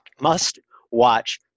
must-watch